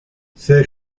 c’est